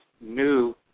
new